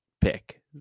pick